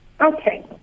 Okay